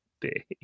day